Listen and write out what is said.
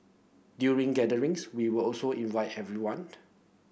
during gatherings we will also invite everyone